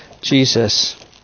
Jesus